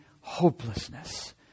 hopelessness